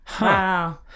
Wow